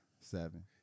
seven